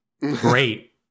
Great